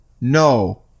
no